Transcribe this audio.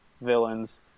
villains